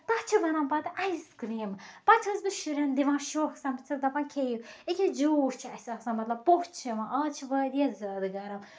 تَتھ چھِ بَنان پَتہٕ اَیِس کریٖم پَتہٕ چھَس بہٕ شُرٮ۪ن دِوان شوقہٕ سان بہٕ چھَسکھ دَپان کھیٚیِو أکہِ چوٗس چھُ اسہِ آسان مطلب پوٚژھ چھُ یِوان آز چھُ واریاہ زیادٕ گرم